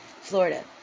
Florida